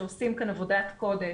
שעושים כאן עבודת קודש,